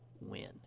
win